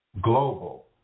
global